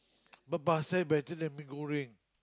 but but pasta better than mee-goreng